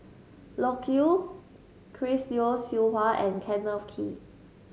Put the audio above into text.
Loke Yew Chris Yeo Siew Hua and Kenneth Kee